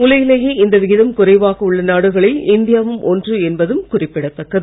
உலகிலேயே இந்த விகிதம் குறைவாக உள்ள நாடுகளில் இந்தியாவும் ஒன்று என்பதும் குறிப்பிடத்தக்கது